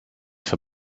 for